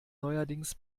neuerdings